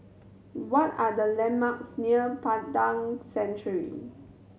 what are the landmarks near Padang Century